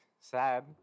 sad